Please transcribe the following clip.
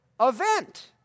event